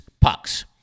pucks